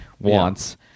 wants